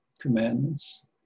commandments